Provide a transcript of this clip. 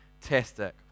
Fantastic